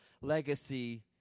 legacy